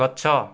ଗଛ